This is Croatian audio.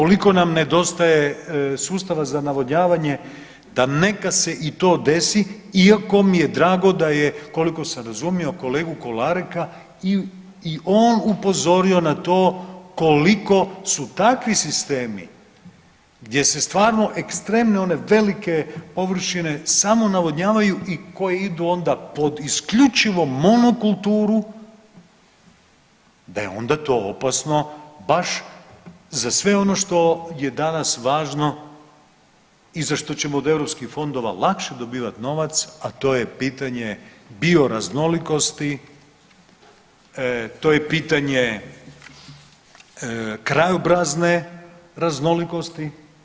Toliko nam nedostaje sustava za navodnjavanje da neka se i to desi iako mi je drago da je koliko sam razumio kolegu Kolareka i on upozorio na to koliko su takvi sistemi, gdje se stvarno ekstremno ono velike površine samonavodnjavaju i koje idu onda pod isključivo monokulturu da je onda to opasno baš za sve ono što je danas važno i za što ćemo od europskih fondova lakše dobivati novac, a to je pitanje bioraznolikosti, to je pitanje krajobrazne raznolikosti.